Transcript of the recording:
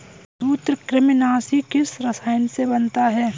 सूत्रकृमिनाशी किस रसायन से बनता है?